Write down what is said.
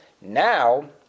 Now